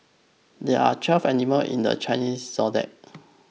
there are twelve animal in the Chinese zodiac